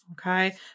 Okay